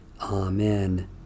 Amen